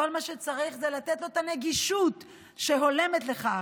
כל מה שצריך זה לתת לו את הנגישות שהולמת לכך.